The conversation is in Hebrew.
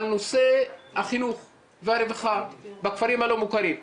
נושא החינוך והרווחה בכפרים הלא מוכרים,